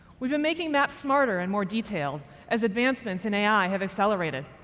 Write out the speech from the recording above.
we've been making maps smarter and more detailed as advancements in ai have accelerated.